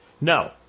No